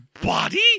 body